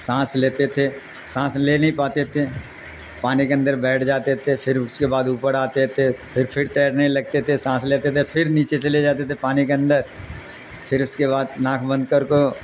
سانس لیتے تھے سانس لے نہیں پاتے تھے پانی کے اندر بیٹھ جاتے تھے پھر اس کے بعد اوپر آتے تھے پھر پھر تیرنے لگتے تھے سانس لیتے تھے پھر نیچے چلے جاتے تھے پانی کے اندر پھر اس کے بعد نااک بند کر کو